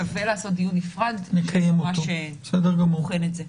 שווה לעשות דיון נפרד שממש בוחן את זה.